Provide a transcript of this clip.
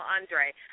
Andre